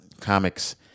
comics